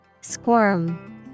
Squirm